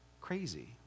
Crazy